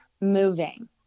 moving